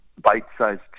bite-sized